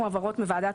ועדת